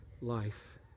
life